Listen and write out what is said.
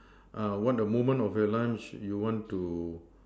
ah what a moment of your lunch you want to